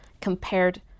compared